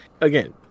Again